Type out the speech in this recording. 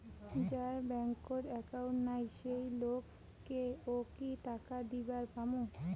যার bank account নাই সেই লোক কে ও কি টাকা দিবার পামু?